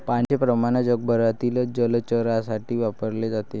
पाण्याचे प्रमाण जगभरातील जलचरांसाठी वापरले जाते